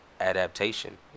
adaptation